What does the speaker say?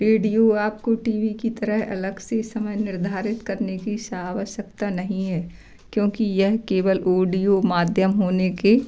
radio आप को TV की तरह अलग से समय निर्धारित करने की सा आवश्यकता नहीं है क्योंकि यह केवल ओडियो माध्यम होने के